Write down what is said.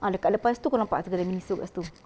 ah dekat lepas tu kau nampak kedai Miniso dekat situ